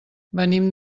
venim